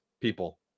people